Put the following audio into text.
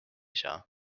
saa